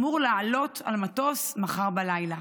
ואמור לעלות על מטוס מחר בלילה